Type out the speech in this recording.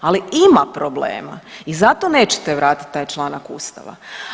Ali ima problema i zato nećete vratiti taj članak Ustava.